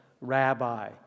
rabbi